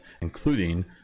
including